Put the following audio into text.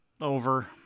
Over